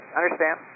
understand